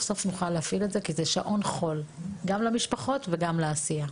סוף נוכל להפעיל את זה כי זה שעון חול גם למשפחות וגם לעשייה.